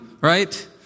Right